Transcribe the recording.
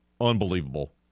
Unbelievable